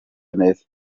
neza